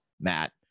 Matt